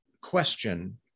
question